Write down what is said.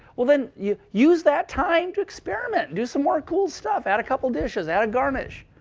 well, then, yeah use that time to experiment. do some more cool stuff. add a couple dishes, add garnish.